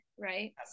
Right